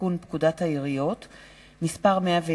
לתיקון פקודת העיריות (מס' 120)